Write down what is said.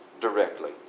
directly